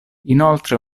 inoltre